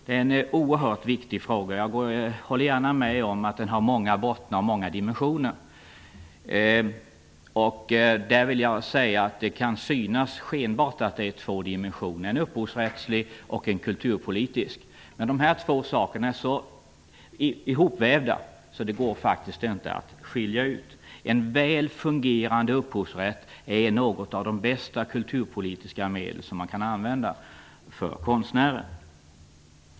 Det är en oerhört viktig fråga. Jag håller gärna med om att den har många bottnar och dimensioner. Det kan skenbart tyckas att det finns två dimensioner -- en upphovsrättslig och en kulturpolitisk. Men dessa två saker är så ihopvävda att de faktiskt inte går att skilja. En väl fungerande upphovsrätt är ett av de bästa kulturpolitiska medel som man kan använda för konstnärer.